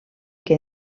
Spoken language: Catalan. que